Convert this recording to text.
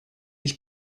ich